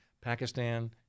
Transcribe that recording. Pakistan